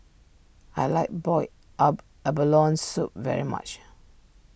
I like boiled up Abalone Soup very much